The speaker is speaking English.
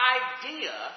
idea